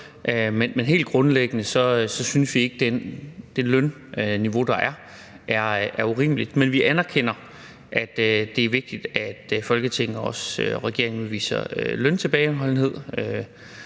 Men helt grundlæggende synes vi ikke, at det lønniveau, der er, er urimeligt, men vi anerkender, at det er vigtigt, at Folketinget og også regeringen udviser løntilbageholdenhed.